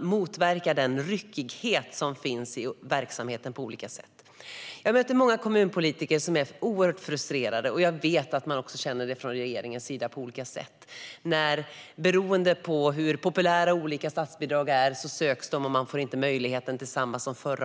motverka den ryckighet som finns i verksamheten på olika sätt. Jag möter många kommunpolitiker som är oerhört frustrerade, och jag vet att regeringen också känner det. De olika statsbidragen söks beroende på hur populära de är, och man får inte möjlighet till samma som året innan.